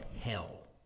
hell